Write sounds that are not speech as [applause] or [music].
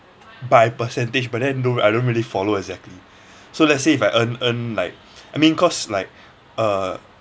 by percentage but don't I don't really follow exactly [breath] so let's say if I earn earn like [breath] I mean cause like uh